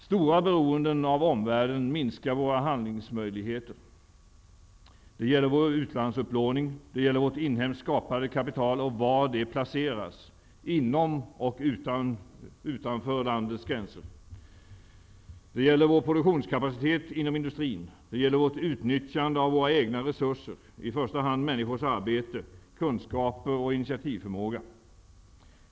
Stora beroenden av omvärlden minskar våra handlingsmöjligheter. Det gäller vår utlandsupplåning. Det gäller vårt inhemskt skapade kapital och var det placeras, inom och utanför landets gränser. Det gäller vår produktionskapacitet inom industrin. Det gäller vårt utnyttjande av våra egna resurser, i första hand människors arbete, kunskaper och initiativförmåga.